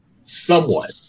somewhat